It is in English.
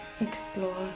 Explore